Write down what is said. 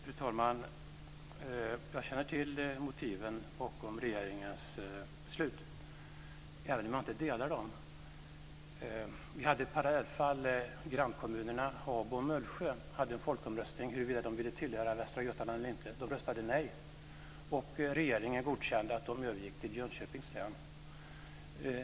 Fru talman! Jag känner till motiven bakom regeringens beslut, även om jag inte delar den uppfattningen. Vi hade ett parallellfall: Grannkommunerna Habo och Mullsjö hade en folkomröstning om huruvida de ville tillhöra Västra Götaland eller inte. De röstade nej, och regeringen godkände att de övergick till Jönköpings län.